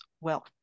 wealth